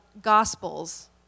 Gospels